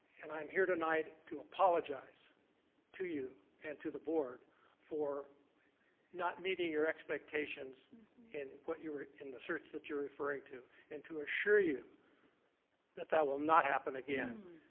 and i'm here tonight to apologize to you and to the board for not meeting your expectations in what you were in the search that you're referring to and to assure you that that will not happen again.